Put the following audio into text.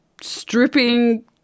stripping